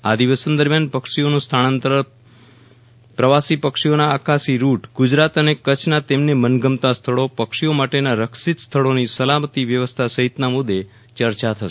આ અધિવેશન દરમ્યાન પક્ષીઓનું સ્થળાંતર પ્રવાસી પક્ષીઓના આકાશી રૂટ ગુજરાત અને કચ્છના મનગમતા સ્થળો પક્ષીઓ માટેના રક્ષિત સ્થળોની સલામતી વ્યવસ્થા સહિતના મુદે ચર્ચા થશે